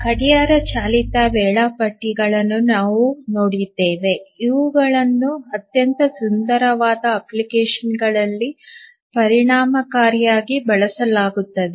ಗಡಿಯಾರ ಚಾಲಿತ ವೇಳಾಪಟ್ಟಿಗಳನ್ನು ನಾವು ನೋಡಿದ್ದೇವೆ ಇವುಗಳನ್ನು ಅತ್ಯಂತ ಸರಳವಾದ ಅಪ್ಲಿಕೇಶನ್ಗಳಲ್ಲಿ ಪರಿಣಾಮಕಾರಿಯಾಗಿ ಬಳಸಲಾಗುತ್ತದೆ